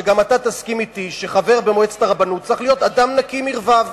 שגם אתה תסכים אתי שחבר במועצת הרבנות צריך להיות אדם נקי מרבב.